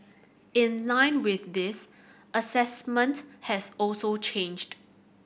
in line with this assessment has also changed